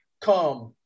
come